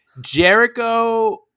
Jericho